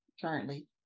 currently